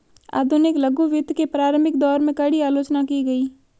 आधुनिक लघु वित्त के प्रारंभिक दौर में, कड़ी आलोचना की गई